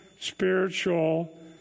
spiritual